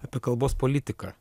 apie kalbos politiką